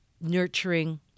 nurturing